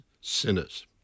sinners